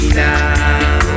now